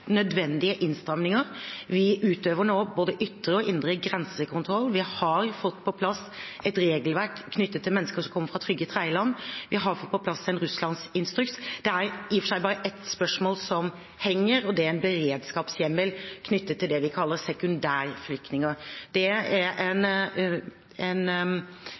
nødvendige innstramninger. Vi utøver nå både ytre og indre grensekontroll. Vi har fått på plass et regelverk knyttet til mennesker som kommer fra trygge tredjeland. Vi har fått på plass en Russland-instruks. Det er i og for seg bare ett spørsmål som henger, og det er en beredskapshjemmel knyttet til det vi kaller sekundærflyktninger. Det er en